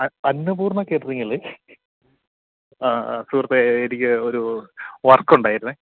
അ Annapurna catering അല്ലേ ആ ആ സുഹൃത്തേ എനിക്ക് ഒരു വർക്ക് ഉണ്ടായിരുന്നു